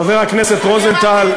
חבר הכנסת רוזנטל,